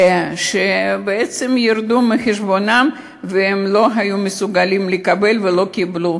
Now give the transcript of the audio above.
שבעצם ירדו מחשבונם והם לא היו מסוגלים לקבל ולא קיבלו.